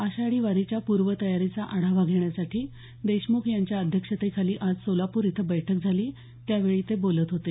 आषाढी वारीच्या पूर्व तयारीचा आढावा घेण्यासाठी देशम्ख यांच्या अध्यक्षते खाली आज सोलापूर इथे बैठक झाली त्यावेळी ते बोलत होते